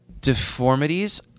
deformities